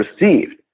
received